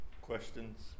questions